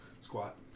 squat